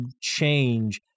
change